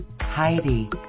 Heidi